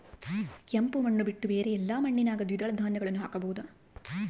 ಕೆಂಪು ಮಣ್ಣು ಬಿಟ್ಟು ಬೇರೆ ಎಲ್ಲಾ ಮಣ್ಣಿನಾಗ ದ್ವಿದಳ ಧಾನ್ಯಗಳನ್ನ ಹಾಕಬಹುದಾ?